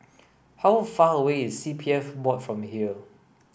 how far away is C P F Board from here